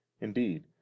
Indeed